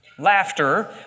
Laughter